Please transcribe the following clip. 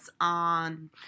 on